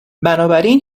بنابراین